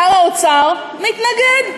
שר האוצר, מתנגד,